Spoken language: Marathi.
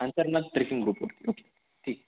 अंतर्नाद ट्रिपिंग ग्रुप ठीक आहे